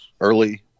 Early